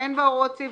אין התוספת